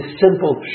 simple